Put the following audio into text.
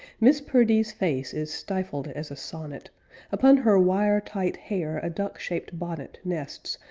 miss perdee's face is stifled as a sonnet upon her wire-tight hair a duck-shaped bonnet nests,